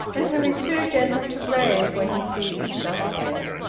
and who is too gentle to rave when he sees it shut again.